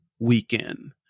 Weekend